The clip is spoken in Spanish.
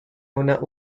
una